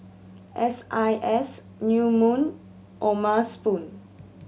S I S New Moon O'ma Spoon